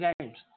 games